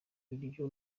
ibiryo